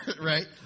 right